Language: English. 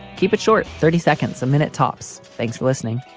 keep it short, thirty seconds a minute, tops. thanks for listening